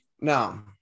Now